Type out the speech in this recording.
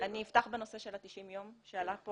אני אפתח בנושא של 90 הימים שעלה פה